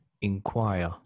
inquire